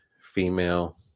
female